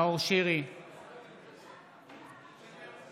אינו נוכח הוא הוצא החוצה, תשלחו לקרוא